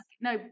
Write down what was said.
no